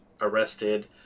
arrested